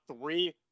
three